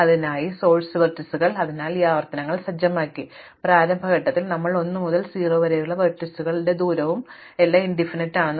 അതിനാൽ അതിലൊന്നാണ് ഉറവിട ലംബങ്ങൾ അതിനാൽ ഞങ്ങൾ ഈ ആവർത്തനങ്ങൾ സജ്ജമാക്കി അതിനാൽ പ്രാരംഭ ഘട്ടത്തിൽ ഞങ്ങൾ 1 മുതൽ 0 വരെയുള്ള വെർട്ടിക്സിന്റെ ദൂരവും മറ്റെല്ലാം അനന്തമായി പറഞ്ഞു